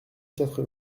quatre